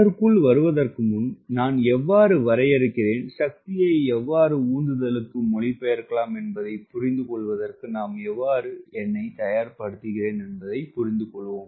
அதற்குள் வருவதற்கு முன் நான் எவ்வாறு வரையறுக்கிறேன் சக்தியை எவ்வாறு உந்துதலுக்கு மொழிபெயர்க்கலாம் என்பதைப் புரிந்துகொள்வதற்கு நான் எவ்வாறு என்னைத் தயார்படுத்துகிறேன் என்பதைப் புரிந்துகொள்வோம்